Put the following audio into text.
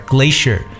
Glacier